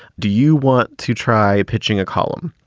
do you want to try pitching a column?